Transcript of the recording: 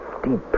deep